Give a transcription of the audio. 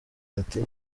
ati